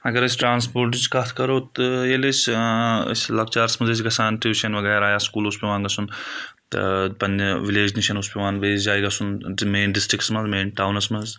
اگر أسۍ ٹَرٛانَسپوٹٕچ کَتھ کَرو تہٕ ییٚلہِ أسۍ أسۍ لَکچارَس منٛز ٲسۍ گژھان ٹیوٗشَن وغیرہ یا سکوٗل اوس پؠوان گژھُن تہٕ پننہِ وِلَیج نِش اوس پؠوان بیٚیِس جایہِ گژھُن مَین ڈِسٹِرکَس منٛز مَین ٹاونَس منٛز